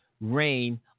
rain